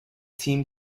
team